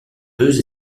deux